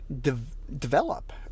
develop